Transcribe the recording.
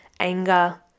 anger